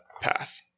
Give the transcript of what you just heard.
path